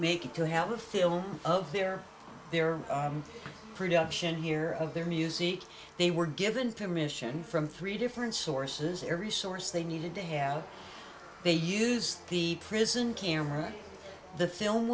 make it to have a film of their their production here of their music they were given permission from three different sources every source they needed to have they used the prison camera the film